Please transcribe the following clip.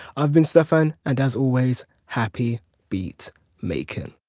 i've been stefan and as always, happy beat making!